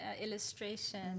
illustration